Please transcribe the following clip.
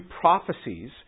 prophecies